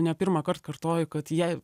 ne pirmąkart kartoju kad jei